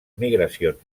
migracions